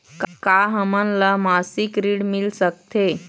का हमन ला मासिक ऋण मिल सकथे?